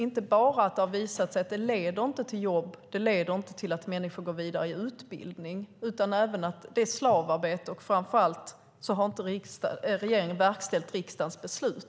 Det har inte bara visat sig att det inte leder till jobb och till att människor går vidare i utbildning. Det är slavarbete, och framför allt har inte regeringen verkställt riksdagens beslut.